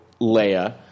Leia